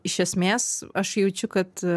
iš esmės aš jaučiu kad